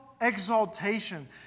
exaltation